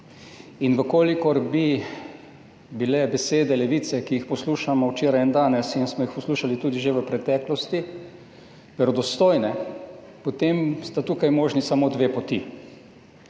In če bi bile besede Levice, ki jih poslušamo včeraj in danes in smo jih poslušali tudi že v preteklosti, verodostojne, potem sta tukaj možni samo dve poti